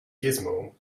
gizmo